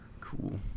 Cool